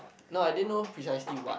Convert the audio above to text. no I didn't know precisely what